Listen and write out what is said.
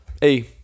hey